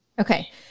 Okay